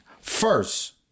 First